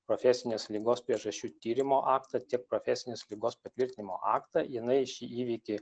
profesinės ligos priežasčių tyrimo aktą tiek profesinės ligos patvirtinimo aktą jinai šį įvykį